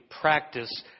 practice